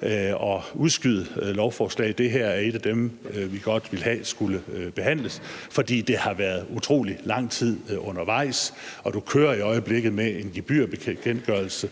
at udskyde lovforslag. Det her er et af dem, vi godt ville have skulle behandles, fordi det har været utrolig lang tid undervejs. Du kører i øjeblikket med en gebyrbekendtgørelse,